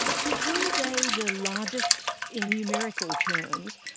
were they the largest, in numerical terms,